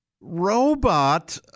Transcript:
robot